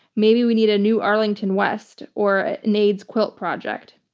maybe we need a new arlington west or an aids quilt project.